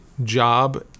job